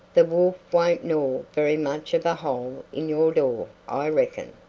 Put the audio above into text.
the wolf won't gnaw very much of a hole in your door, i reckon.